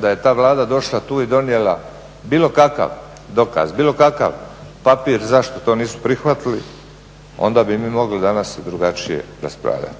da je ta Vlada došla tu i donijela bilo kakav dokaz, bilo kakav papir zašto to nisu prihvatili, onda bi mi mogli danas drugačije raspravljati.